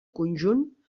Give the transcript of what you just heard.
conjunt